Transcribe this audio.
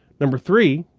number three,